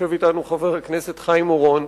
יושב אתנו חבר הכנסת חיים אורון,